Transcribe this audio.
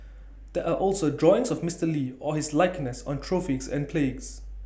there are also drawings of Mister lee or his likeness on trophies and plagues